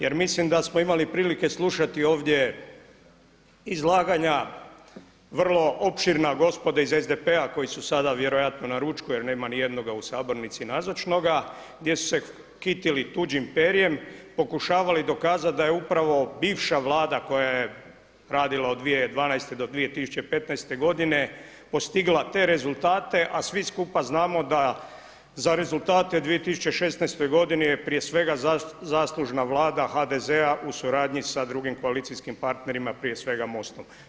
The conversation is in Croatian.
Jer mislim da smo imali prilike slušati ovdje izlaganja vrlo opširna gospode iz SDP-a koji su sada vjerojatno na ručku jer nema nijednoga u sabornici nazočnoga, gdje su se kitili tuđim perjem, pokušavali dokazati da je upravo bivša Vlada koja je radila od 2012. do 2015.godine postigla te rezultate, a svi skupa znamo da za rezultate u 2016. godini je prije svega zaslužna vlada HDZ-a u suradnji sa drugim koalicijskim partnerima prije svega MOST-om.